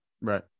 Right